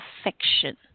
affection